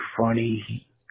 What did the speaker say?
funny